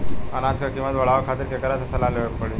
अनाज क कीमत बढ़ावे खातिर केकरा से सलाह लेवे के पड़ी?